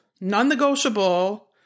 non-negotiable